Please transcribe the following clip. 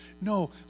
no